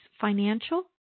financial